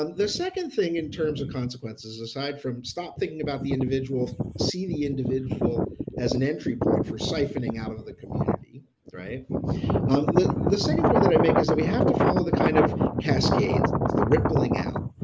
the second thing in terms of consequences aside from stop thinking about the individual, see the individual as an entry point for siphoning out of of the community um the the second point that i make is that we have to follow the kind of cascades. the rippling out,